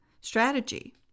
strategy